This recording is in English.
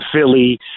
Philly